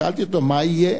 שאלתי אותו: מה יהיה?